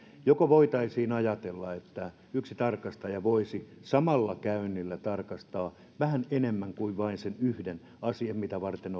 joko voitaisiin ajatella että yksi tarkastaja voisi samalla käynnillä tarkastaa vähän enemmän kuin vain sen yhden asian mitä varten